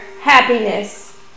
happiness